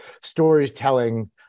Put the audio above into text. storytelling